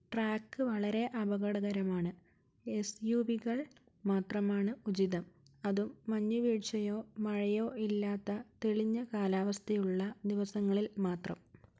track വളരെ അപകടകരമാണ് S U വികൾ മാത്രമാണ് ഉചിതം അതും മഞ്ഞുവീഴ്ചയോ മഴയോ ഇല്ലാത്ത തെളിഞ്ഞ കാലാവസ്ഥയുള്ള ദിവസങ്ങളിൽ മാത്രം